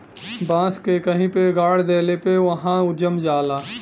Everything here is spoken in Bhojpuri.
बांस के कहीं पे गाड़ देले पे भी उहाँ जम जाला